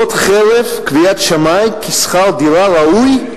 זאת חרף קביעת שמאי כי שכר דירה ראוי,